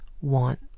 want